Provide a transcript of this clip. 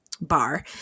bar